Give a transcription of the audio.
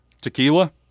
tequila